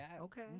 Okay